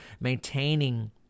maintaining